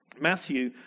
Matthew